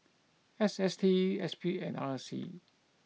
S S T S P and R C